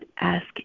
ask